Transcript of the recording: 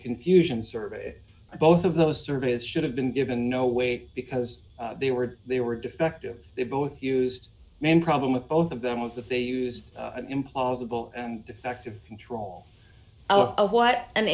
confusion survey both of those surveys should have been given no weight because they were they were defective they both used main problem with both of them was that they used an implausible defective control out of what an